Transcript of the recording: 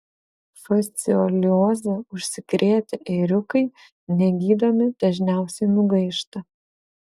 fasciolioze užsikrėtę ėriukai negydomi dažniausiai nugaišta